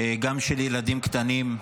גם של ילדים קטנים.